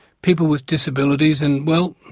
people with disabilities and, well,